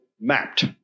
mapped